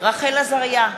רחל עזריה,